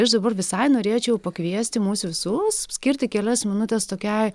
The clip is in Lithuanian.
ir aš dabar visai norėčiau pakviesti mus visus skirti kelias minutes tokiai